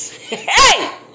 Hey